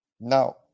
Now